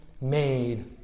made